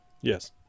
Yes